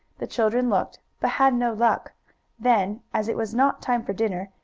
the children looked, but had no luck then, as it was not time for dinner,